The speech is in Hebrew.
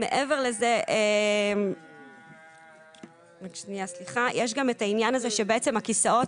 מעבר לזה יש גם את העניין הזה שבעצם הכיסאות